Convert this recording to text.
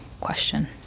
question